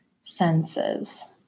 senses